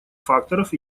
факторов